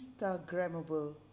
instagramable